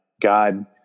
God